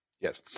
Yes